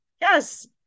yes